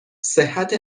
صحت